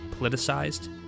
politicized